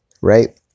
right